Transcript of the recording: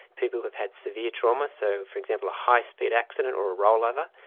people who have had severe trauma, so, for example, a high-speed accident or a rollover,